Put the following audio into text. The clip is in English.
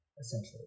essentially